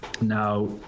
Now